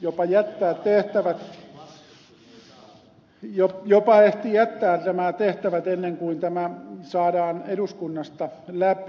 jopa jättää nämä tehtävät ennen kuin tämä saadaan eduskunnasta läpi